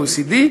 ה-OECD.